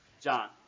John